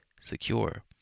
secure